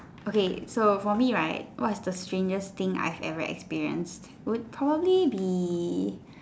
okay so for me right what's the strangest thing I've ever experienced would probably be